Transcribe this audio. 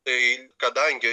tai kadangi